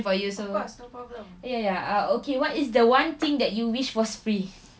for you so ya ya ah okay what is the one thing that you wish was free